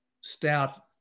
stout